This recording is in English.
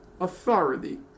Authority